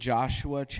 Joshua